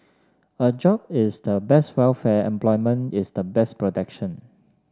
a job is the best welfare employment is the best protection